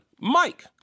Mike